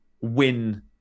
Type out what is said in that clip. win